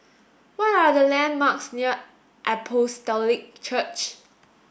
what are the landmarks near Apostolic Church